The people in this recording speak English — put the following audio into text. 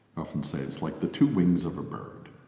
often say it's like the two wings of a bird.